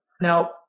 Now